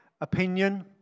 opinion